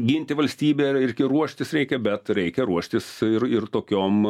ginti valstybę reikia ruoštis reikia bet reikia ruoštis ir ir tokiom